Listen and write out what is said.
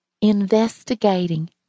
Investigating